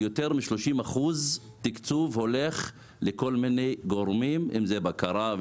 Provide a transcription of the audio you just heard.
יותר מ-30% מהתקצוב הולך לכל מיני גורמים אם זה בקרה,